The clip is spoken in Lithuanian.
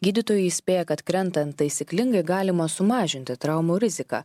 gydytojai įspėja kad krentant taisyklingai galima sumažinti traumų riziką